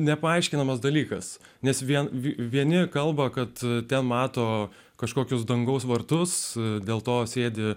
nepaaiškinamas dalykas nes vien vieni kalba kad ten mato kažkokius dangaus vartus dėl to sėdi